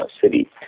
city